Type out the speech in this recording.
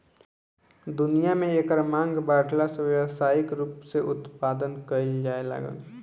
दुनिया में एकर मांग बाढ़ला से व्यावसायिक रूप से उत्पदान कईल जाए लागल